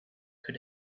could